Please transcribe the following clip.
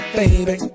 baby